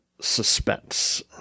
suspense